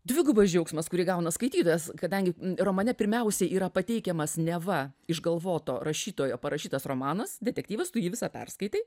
dvigubas džiaugsmas kurį gauna skaitytojas kadangi romane pirmiausiai yra pateikiamas neva išgalvoto rašytojo parašytas romanas detektyvas tu jį visą perskaitai